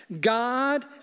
God